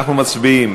אנחנו מצביעים